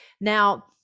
Now